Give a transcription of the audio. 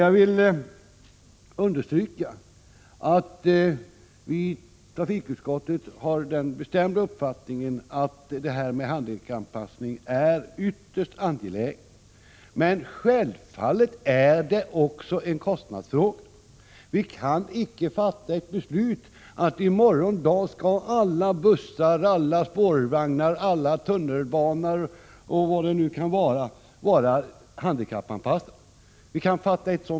Jag vill emellertid understryka att vi i trafikutskottet har den bestämda uppfattningen att detta med handikappanpassningen är något ytterst angeläget. Självfallet är det dock också en kostnadsfråga. Vi kan fatta ett beslut om att alla bussar, alla spårvagnar, alla tunnelbanetåg och vad det nu är i morgondag skall vara handikappanpassade.